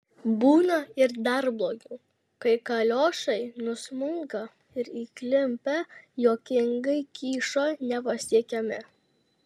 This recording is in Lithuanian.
būna ir dar blogiau kai kaliošai nusmunka ir įklimpę juokingai kyšo nepasiekiami